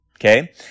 okay